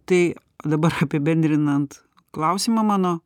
tai dabar apibendrinant klausimą mano